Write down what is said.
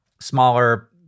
smaller